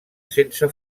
sense